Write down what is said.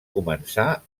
començar